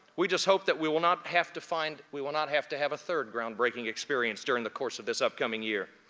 we just hope that we will not have to find. we will not have to have a third groundbreaking experience during the course of this upcoming year.